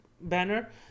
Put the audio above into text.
banner